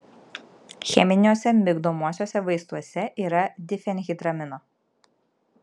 cheminiuose migdomuosiuose vaistuose yra difenhidramino